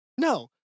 No